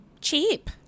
Cheap